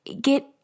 get